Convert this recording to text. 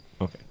Okay